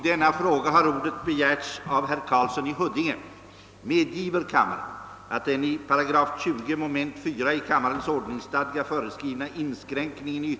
Herr talman!